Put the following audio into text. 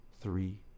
three